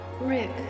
Rick